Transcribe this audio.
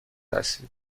هستید